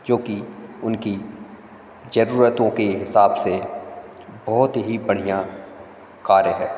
जो कि उनकी जरूरतों के हिसाब से बहुत ही बढ़िया कार्य है